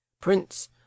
prince